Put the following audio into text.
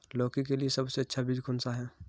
लौकी के लिए सबसे अच्छा बीज कौन सा है?